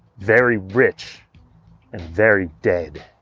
very rich and very dead.